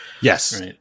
Yes